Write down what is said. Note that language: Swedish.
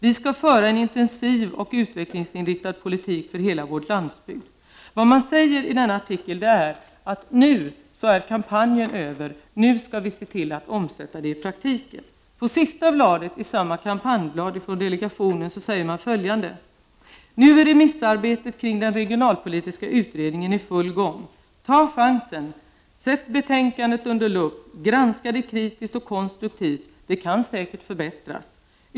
——— Vi ska föra en offensiv och utvecklingsinriktad politik för hela vår landsbygd.” Vad som sägs i denna artikel är att kampanjen nu är över och att vi nu skall se till att omsätta kampanjen i praktiken. På sista sidan i samma kampanjblad från delegationen säger man följande: ”Nu är remissarbetet kring den regionalpolitiska utredningen i full gång —— Ta chansen, sätt betänkandet under luppen, granska det kritiskt och konstruktivt. Det kan säkert förbättras!